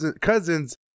cousins